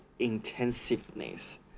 intensiveness